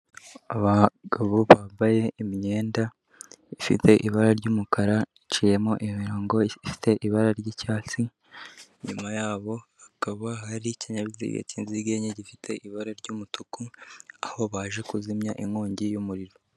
Abagabo bambaye imyenda ifite ibara ry'umukara iciyemo imirongo ifite ibara ry'icyatsi, inyuma yabo hakaba hari ikinyabiziga cy'inziga enye gifite ibara ry'umutuku aho baje kuzimya inkongi y'umuriro.